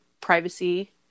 privacy